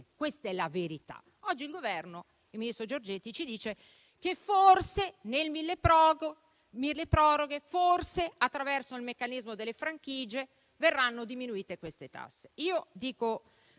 Questa è la verità. Oggi il ministro Giorgetti ci dice che forse nel milleproroghe, attraverso il meccanismo delle franchigie, verranno diminuite queste tasse.